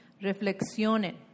Reflexionen